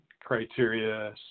criteria